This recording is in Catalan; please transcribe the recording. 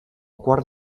quart